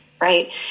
right